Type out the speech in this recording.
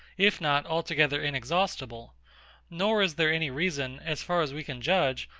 if not altogether inexhaustible nor is there any reason, as far as we can judge,